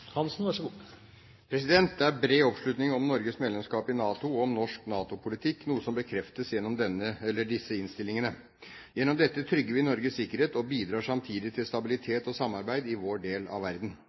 om norsk NATO-politikk, noe som bekreftes gjennom disse innstillingene. Gjennom dette trygger vi Norges sikkerhet og bidrar samtidig til